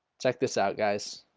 check this out guys